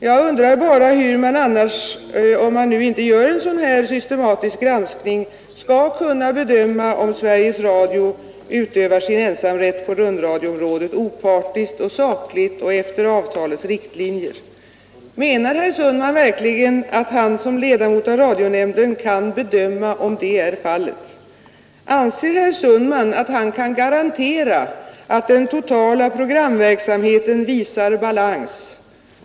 Jag undrar bara hur man, om man nu inte gör en sådan systematisk granskning, skall kunna bedöma om Sveriges Radio utövar sin ensamrätt på rundradioområdet opartiskt och sakligt och efter avtalets riktlinjer. Menar herr Sundman verkligen att han som ledamot av radionämnden kan bedöma om det är fallet? Anser herr Sundman att han kan garantera att den totala programverksamheten visar balans?